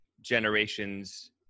generations